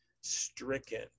stricken